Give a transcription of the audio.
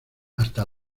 hasta